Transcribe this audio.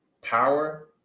power